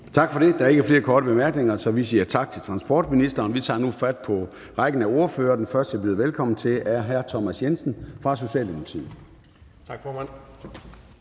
Tak for det. Der er ikke flere korte bemærkninger. Så vi tager nu fat på rækken af ordførere. Den første, jeg byder velkommen til, er hr. Thomas Jensen fra Socialdemokratiet. Værsgo. Kl.